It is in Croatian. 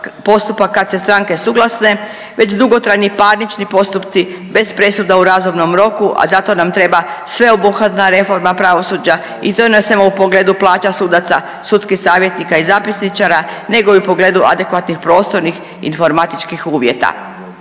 postupak kad se stranke suglase već dugotrajni parnični postupci bez presuda u razumnom roku, a za to nam treba sveobuhvatna reforma pravosuđa i to ne samo u pogledu plaća sudaca, sudskih savjetnika i zapisničara, nego i u pogledu adekvatnih prostornih informatičkih uvjeta.